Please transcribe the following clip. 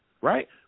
right